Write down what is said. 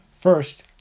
First